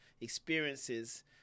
experiences